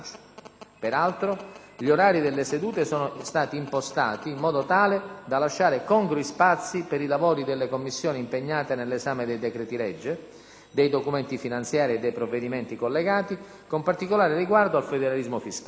Peraltro, gli orari delle sedute sono stati impostati in modo tale da lasciare congrui spazi per i lavori delle Commissioni impegnate nell'esame dei decreti-legge, dei documenti finanziari e dei provvedimenti collegati, con particolare riguardo al federalismo fiscale.